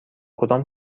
کدام